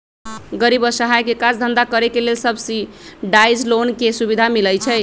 गरीब असहाय के काज धन्धा करेके लेल सब्सिडाइज लोन के सुभिधा मिलइ छइ